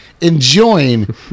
enjoying